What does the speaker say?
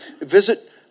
visit